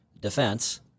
defense